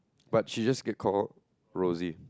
but she just get called Rosie